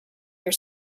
your